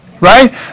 Right